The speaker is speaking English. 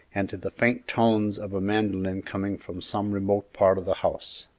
and to the faint tones of a mandolin coming from some remote part of the house.